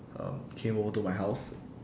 um came over to my house